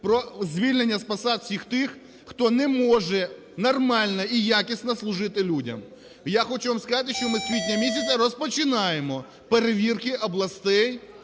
про звільнення з посад всіх тих, хто не може нормально і якісно служити людям. Я хочу вам сказати, що ми з квітня-місяця розпочинаємо перевірки областей